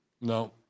No